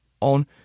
on